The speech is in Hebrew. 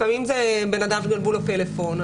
לפעמים לאדם גנבו פלאפון,